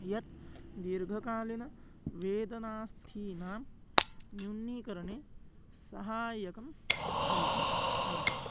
यत् दीर्घकालीन वेदनास्थीनां न्यूनीकरणे सहायकः भवितुम् अर्हति